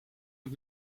het